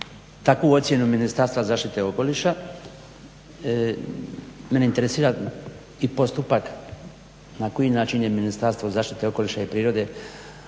takvu ocjenu Ministarstva zaštite okoliša. Mene interesira i postupak na koji način je Ministarstvo zaštite okoliša i prirode